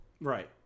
Right